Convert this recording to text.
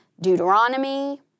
Deuteronomy